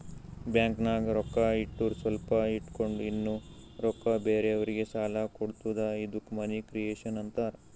ಬ್ಯಾಂಕ್ನಾಗ್ ರೊಕ್ಕಾ ಇಟ್ಟುರ್ ಸ್ವಲ್ಪ ಇಟ್ಗೊಂಡ್ ಇನ್ನಾ ರೊಕ್ಕಾ ಬೇರೆಯವ್ರಿಗಿ ಸಾಲ ಕೊಡ್ತುದ ಇದ್ದುಕ್ ಮನಿ ಕ್ರಿಯೇಷನ್ ಆಂತಾರ್